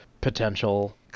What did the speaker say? potential